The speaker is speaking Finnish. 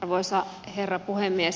arvoisa herra puhemies